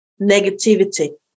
negativity